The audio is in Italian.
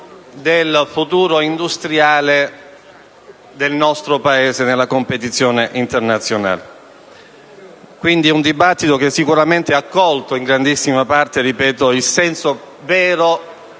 del futuro industriale del nostro Paese nella competizione internazionale. Quindi, il dibattito sicuramente ha colto in grandissima parte - ripeto - il senso vero